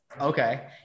Okay